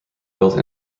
built